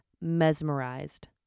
mesmerized